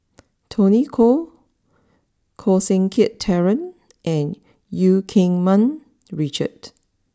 Tony Khoo Koh Seng Kiat Terence and Eu Keng Mun Richard